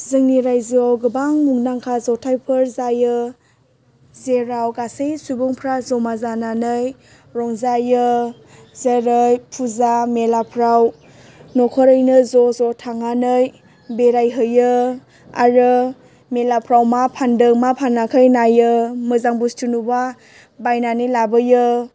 जोंनि रायजोआव गोबां मुंदांखा जथायफोर जायो जेराव गासै सुबुंफ्रा जमा जानानै रंजायो जेरै फुजा मेलाफ्राव न'खरैनो ज'ज' थांनानै बेरायहैयो आरो मेलाफ्राव मा फानदों मा फानाखै नायो मोजां बुस्तु नुबा बायनानै लाबोयो